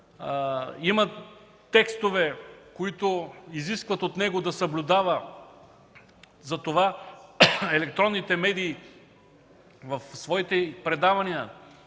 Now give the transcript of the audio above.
Има текстове, които изискват от него да съблюдава за това електронните медии – в своите предавания